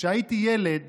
כשהייתי ילד